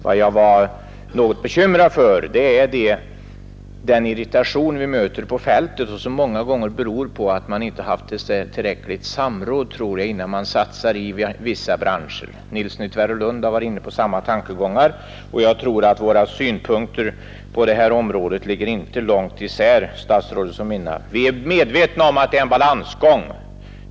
Vad jag var något bekymrad över är den irritation vi möter på fältet och som många gånger beror på att man inte haft ett tillräckligt samråd innan man satsar på vissa branscher. Herr Nilsson i Tvärålund har varit inne på samma tankegångar, och jag tror att statsrådet Holmqvists och mina synpunkter inte skiljer sig så mycket från varandra. Vi är medvetna om att det är en balansgång.